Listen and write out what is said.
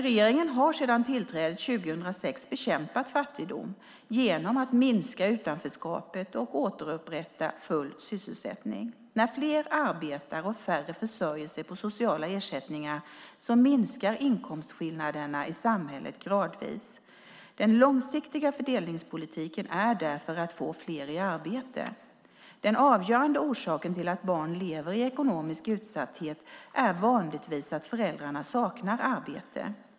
Regeringen har sedan tillträdet 2006 bekämpat fattigdom genom att minska utanförskapet och återupprätta full sysselsättning. När fler arbetar och färre försörjer sig på sociala ersättningar minskar inkomstskillnaderna i samhället gradvis. Den långsiktiga fördelningspolitiken är därför att få fler i arbete. Den avgörande orsaken till att barn lever i ekonomisk utsatthet är vanligtvis att föräldrarna saknar arbete.